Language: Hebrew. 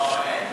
לא, אין דיון,